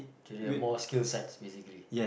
you can have more skill sights basically